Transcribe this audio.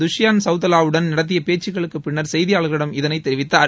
துஷ்யாள் சவுதாலாவுடன் நடத்திய பேச்சுகளுக்கு பின்னர் செய்தியாளர்களிடம் இதனை தெரிவித்தார்